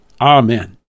Amen